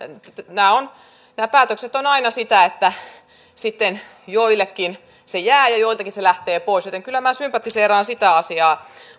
nämä päätökset ovat aina sitä että joillekin se jää ja joiltakin se lähtee pois joten kyllä minä sympatiseeraan sitä asiaa